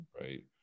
Right